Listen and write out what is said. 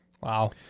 Wow